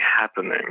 happening